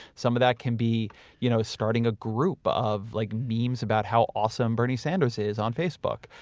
some of that can be you know starting a group of like memes about how awesome bernie sanders is on facebook.